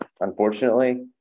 unfortunately